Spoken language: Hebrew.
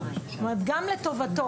גם לטובתו.